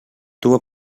tuvo